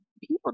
people